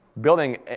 Building